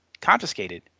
confiscated